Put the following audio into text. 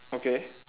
okay